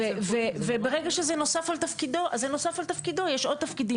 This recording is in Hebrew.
ברגע שזה נוסף על תפקידן יש עוד דברים,